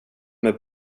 med